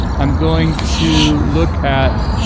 i'm going to look at